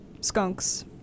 Skunks